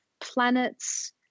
planets